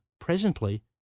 presently